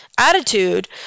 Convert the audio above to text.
attitude